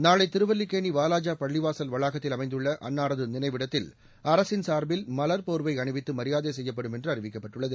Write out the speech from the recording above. நாளை திருவல்லிக்கேணி வாலாஜா பள்ளிவாசல் வளாகத்தில் அமைந்துள்ள அன்னாரது நினைவிடத்தில் அரசின் சா்பில் மலா்போா்வை அணிவித்து மரியாதை செய்யப்படும் என்று அறிவிக்கப்பட்டுள்ளது